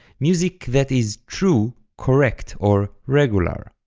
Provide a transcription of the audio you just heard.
music that is true, correct, or regular.